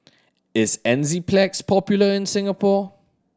is Enzyplex popular in Singapore